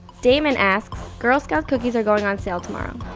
damon asks, girl scouts cookies are going on sale tomorrow,